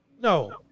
No